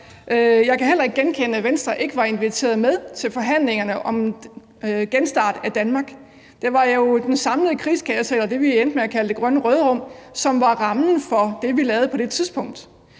Jeg kan heller ikke genkende, at Venstre ikke var inviteret til forhandlingerne om genstart af Danmark. Det var jo den samlede krigskasse og det, vi endte med at kalde det grønne råderum, som var rammen for det, vi lavede på det tidspunkt.